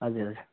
हजुर हजुर